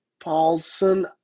Paulson